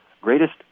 greatest